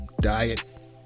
diet